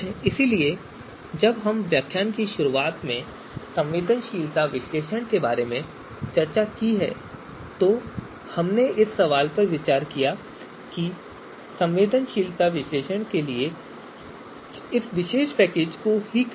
इसलिए जब हमने व्याख्यान की शुरुआत में संवेदनशीलता विश्लेषण के बारे में चर्चा की तो हमने इस सवाल पर विचार किया कि हमने संवेदनशीलता विश्लेषण के लिए इस विशेष पैकेज को क्यों चुना